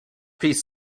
piece